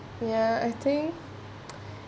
ya I think